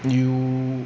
you